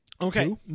Okay